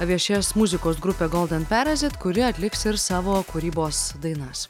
viešės muzikos grupė golden perazit kuri atliks ir savo kūrybos dainas